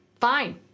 Fine